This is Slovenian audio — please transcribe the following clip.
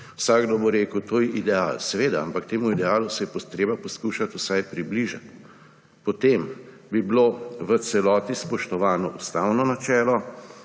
Vsakdo bo rekel, to je ideal – seveda, ampak temu idealu se je treba poskušati vsaj približati. Potem bi bilo v celoti spoštovano ustavno načelo